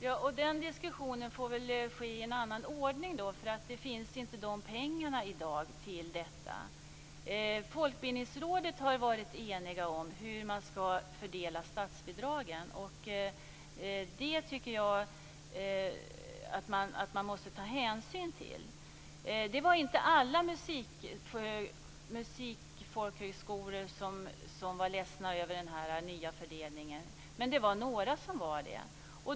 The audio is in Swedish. Fru talman! Den diskussionen får ske i en annan ordning. Det finns inga pengar till detta i dag. Man har i Folkbildningsrådet varit enig om hur man skall fördela statsbidragen. Det tycker jag att man måste ta hänsyn till. Det var inte alla musikfolkhögskolor som var ledsna över den nya fördelningen, men några var det.